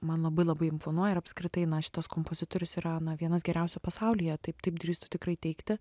man labai labai imponuoja ir apskritai na šitas kompozitorius yra na vienas geriausių pasaulyje taip taip drįstu tikrai teigti